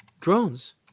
Drones